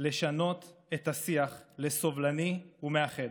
לשנות את השיח לסובלני ומאחד,